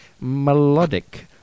melodic